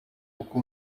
koko